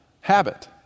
habit